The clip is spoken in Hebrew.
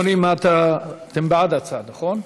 אדוני, אתם בעד ההצעה, נכון?